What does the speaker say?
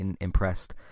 impressed